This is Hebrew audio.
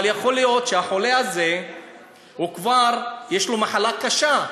אבל יכול להיות שהחולה הזה יש לו מחלה קשה,